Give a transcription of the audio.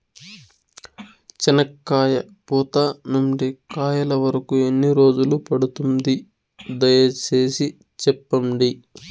చెనక్కాయ పూత నుండి కాయల వరకు ఎన్ని రోజులు పడుతుంది? దయ సేసి చెప్పండి?